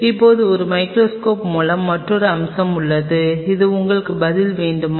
இப்போது ஒரு மைகிரோஸ்கோப் மூலம் மற்றொரு அம்சம் உள்ளது இது உங்களுக்கு பதில் வேண்டுமா